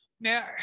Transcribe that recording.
Now